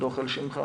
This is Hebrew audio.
הדוח על שמך.